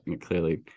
clearly